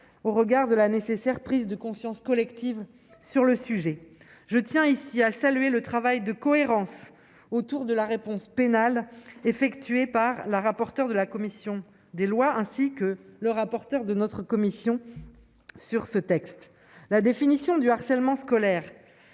au regard de la nécessaire prise de conscience collective sur le sujet, je tiens ici à saluer le travail de cohérence autour de la réponse pénale effectuée par la rapporteur de la commission des lois, ainsi que le rapporteur de notre commission sur ce texte, la définition du harcèlement scolaire